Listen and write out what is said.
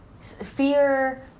fear